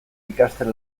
ikasten